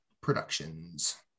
Productions